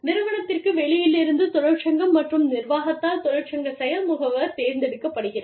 நிறுவனத்திற்கு வெளியிலிருந்து தொழிற்சங்கம் மற்றும் நிர்வாகத்தால் தொழிற்சங்க செயல் முகவர் தேர்ந்தெடுக்கப்படுகிறார்